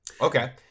Okay